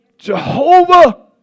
Jehovah